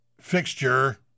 fixture